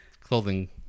clothing